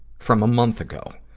from a month ago.